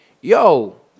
yo